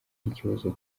ikibazo